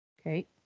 okay